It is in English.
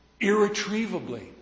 Irretrievably